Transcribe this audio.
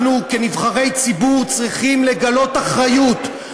אנחנו כנבחרי ציבור צריכים לגלות אחריות,